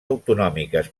autonòmiques